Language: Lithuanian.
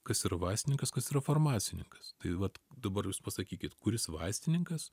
kas yra vaistininkas kas yra farmacininkas tai vat dabar jūs pasakykit kuris vaistininkas